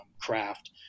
craft